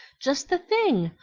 just the thing!